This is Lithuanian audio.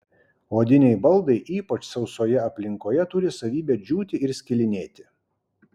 odiniai baldai ypač sausoje aplinkoje turi savybę džiūti ir skilinėti